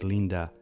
Linda